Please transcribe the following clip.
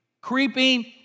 creeping